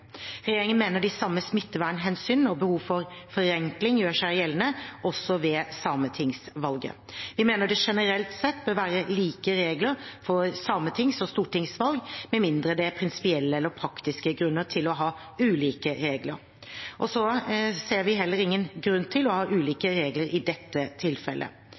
Regjeringen mener de samme smittevernhensyn og behov for forenkling gjør seg gjeldende også ved sametingsvalget. Vi mener det generelt sett bør være like regler for sametings- og stortingsvalg, med mindre det er prinsipielle eller praktiske grunner til å ha ulike regler. Vi ser da heller ingen grunn til å ha ulike regler i dette tilfellet.